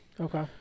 Okay